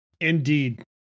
Indeed